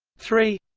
three